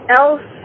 else